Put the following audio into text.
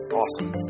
awesome